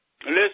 Listen